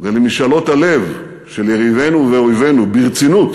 ולמשאלות הלב של יריבינו ואויבינו ברצינות,